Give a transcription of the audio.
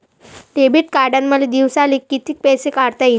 Debit कार्डनं मले दिवसाले कितीक पैसे काढता येईन?